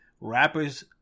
rappers